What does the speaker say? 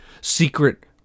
Secret